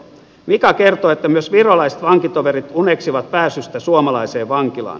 mika kertoo että myös virolaiset vankitoverit uneksivat pääsystä suomalaiseen vankilaan